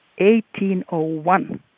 1801